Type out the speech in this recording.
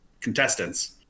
contestants